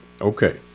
Okay